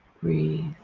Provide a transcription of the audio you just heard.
Breathe